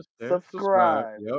subscribe